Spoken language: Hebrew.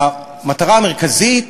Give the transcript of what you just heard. המטרה המרכזית